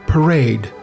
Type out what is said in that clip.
Parade